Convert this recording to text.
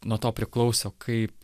nuo to priklauso kaip